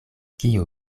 kio